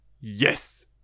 Yes